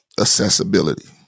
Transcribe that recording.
accessibility